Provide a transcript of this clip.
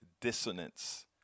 dissonance